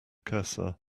cursor